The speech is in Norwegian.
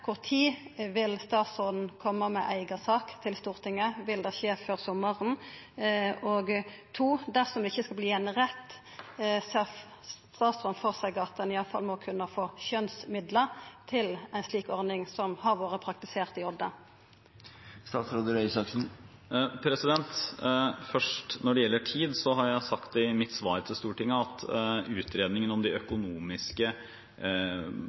vil statsråden koma med ei eiga sak til Stortinget, vil det skje før sommaren? Dersom det ikkje skal verta ein rett, ser statsråden for seg at ein i alle fall må kunna få skjønnsmidlar til ei slik ordning som har vore praktisert i Odda? Først: Når det gjelder tid, har jeg sagt i mitt svar til Stortinget at utredningen om